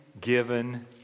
given